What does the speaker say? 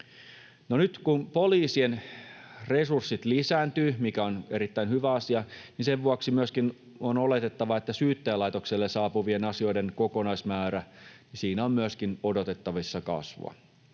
nyt, kun poliisien resurssit lisääntyvät, mikä on erittäin hyvä asia, myöskin on oletettavaa, että Syyttäjälaitokselle saapuvien asioiden kokonaismäärässä on odotettavissa kasvua.